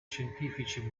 scientifici